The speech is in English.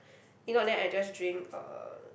if not then I just drink uh